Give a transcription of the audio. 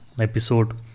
episode